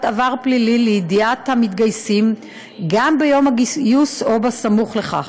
עבר פלילי לידיעת המתגייסים ביום הגיוס או סמוך לכך.